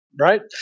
right